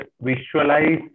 visualize